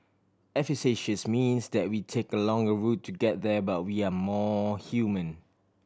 efficacious means that we take a longer a route to get there but we are more human